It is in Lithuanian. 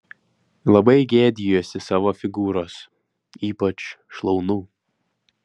labai gėdijuosi savo figūros ypač šlaunų